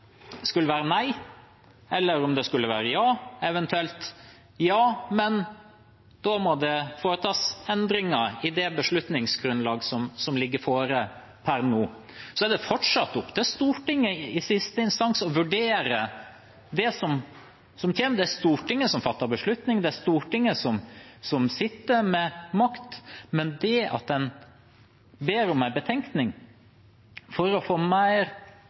da må foretas endringer i det beslutningsgrunnlag som ligger fore per nå. Det er fortsatt opp til Stortinget i siste instans å vurdere det som kommer. Det er Stortinget som fatter beslutning, det er Stortinget som sitter med makt. Det at en ber om en betenkning for å få